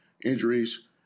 injuries